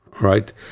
right